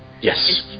Yes